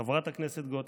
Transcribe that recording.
חברת הכנסת גוטליב,